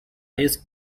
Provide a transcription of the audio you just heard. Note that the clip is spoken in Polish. jest